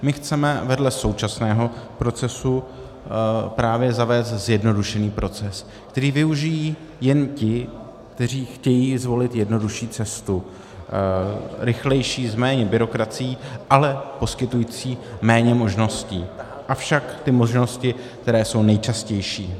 My chceme vedle současného procesu právě zavést zjednodušený proces, který využijí jen ti, kteří chtějí zvolit jednodušší cestu, rychlejší, s méně byrokracií, ale poskytující méně možností, avšak ty možnosti, které jsou nejčastější.